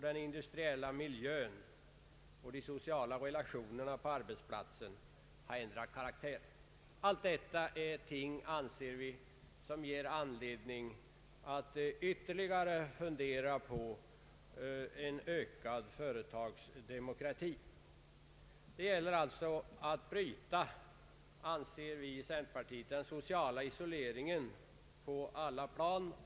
Den industriella miljön och de sociala relationerna på arbetsplatsen har ändrat karaktär. Allt detta är ting, anser vi, som ger anledning att ytterligare fundera på en ökad företagsdemokrati. Det gäller alltså, anser vi i centerpartiet, att bryta den sociala isoleringen på alla plan.